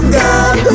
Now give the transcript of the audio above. god